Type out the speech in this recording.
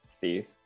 Thief